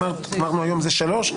אמרנו היום שלוש,